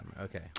Okay